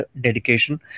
dedication